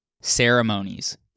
ceremonies